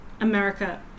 America